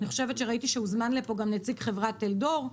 ראיתי שהוזמן לכאן גם נציג חברת "טלדור".